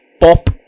pop